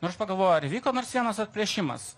nu ir aš pagalvojau ar įvyko nors vienas apiplėšimas